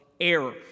error